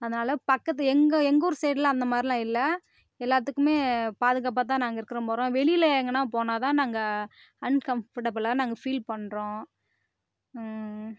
அதனால் பக்கத்து எங்கள் எங்கள் ஊர் சைட்லாம் அந்த மாதிரிலாம் இல்லை எல்லாத்துக்குமே பாதுகாப்பாக தான் நாங்கள் இருக்கிறோம் போகிறோம் வெளியில எங்கனா போனால் தான் நாங்கள் அன்கம்ஃபர்டபுளாக நாங்கள் ஃபீல் பண்ணுறோம்